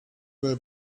will